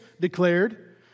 declared